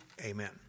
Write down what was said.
amen